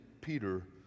peter